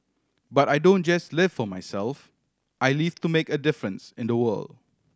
but I don't just live for myself I live to make a difference in the world